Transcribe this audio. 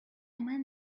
man